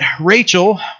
Rachel